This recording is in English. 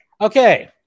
Okay